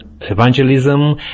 evangelism